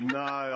no